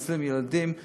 מנצלים ילדים נגדי,